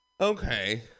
Okay